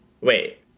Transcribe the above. wait